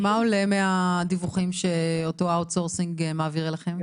ומה עולה מהדיווחים שאותו נציג מיקור החוץ מעביר אליכם?